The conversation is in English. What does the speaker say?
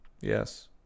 yes